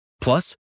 Plus